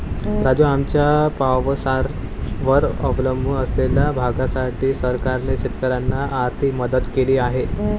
राजू, आमच्या पावसावर अवलंबून असलेल्या भागासाठी सरकारने शेतकऱ्यांना आर्थिक मदत केली आहे